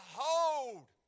hold